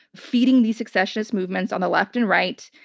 feeding these secessionist movements on the left and right,